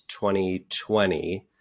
2020